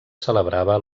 celebrava